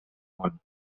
món